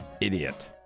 idiot